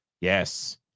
Yes